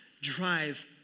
drive